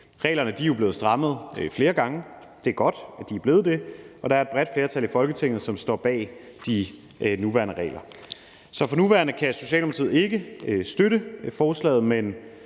Reglerne er jo blevet strammet flere gange. Det er godt, at de er blevet det, og det er et bredt flertal i Folketinget, som står bag de nuværende regler. Så for nuværende kan Socialdemokratiet ikke støtte forslaget, men